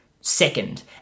second